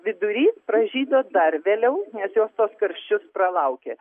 vidury pražydo dar vėliau nes jos tuos karščius pralaukė